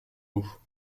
mots